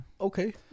Okay